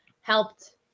helped